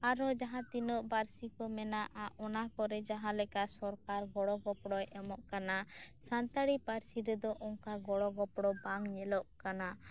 ᱟᱨᱚ ᱡᱟᱦᱟᱸ ᱛᱤᱱᱟᱹᱜ ᱯᱟᱹᱨᱥᱤ ᱠᱚ ᱢᱮᱱᱟᱜᱼᱟ ᱚᱱᱟ ᱠᱚᱨᱮ ᱡᱟᱦᱟᱸ ᱞᱮᱠᱟ ᱥᱚᱨᱠᱟᱨ ᱜᱚᱲᱚ ᱜᱚᱯᱚᱲᱚᱭ ᱮᱢᱚᱜ ᱠᱟᱱᱟ ᱥᱟᱱᱛᱟᱲᱤ ᱯᱟᱹᱨᱥᱤ ᱨᱮᱫᱚ ᱚᱱᱠᱟ ᱜᱚᱲᱚ ᱜᱚᱯᱚᱲᱚ ᱵᱟᱝ ᱧᱮᱞᱚᱜ ᱠᱟᱱᱟ